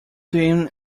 him